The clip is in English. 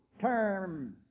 term